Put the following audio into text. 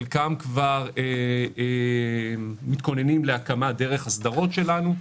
חלקם כבר מתכוננים להקמה דרך הסדרות שלנו,